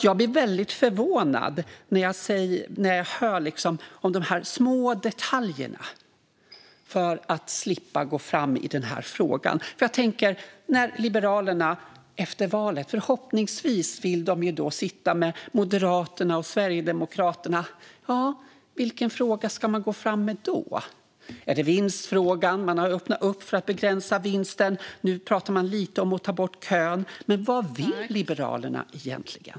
Jag blir förvånad när jag hör om de små detaljerna för att slippa gå fram i frågan. Efter valet vill Liberalerna förhoppningsvis sitta med Moderaterna och Sverigedemokraterna. Vilken fråga ska man gå fram med då? Är det vinstfrågan? Man har öppnat för att begränsa vinsten. Nu pratar man lite om att ta bort kön. Vad vill Liberalerna egentligen?